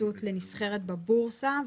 התייחסות לנסחרת בבורסה.